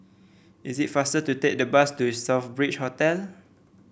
is it faster to take the bus to The Southbridge Hotel